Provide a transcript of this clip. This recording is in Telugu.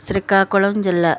శ్రీకాకుళం జిల్లా